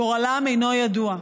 גורלם אינו ידוע.